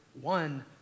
one